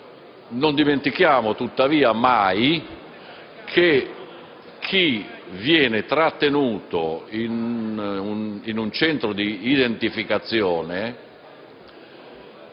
non dimentichiamo mai che chi viene trattenuto in un centro di identificazione